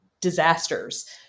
disasters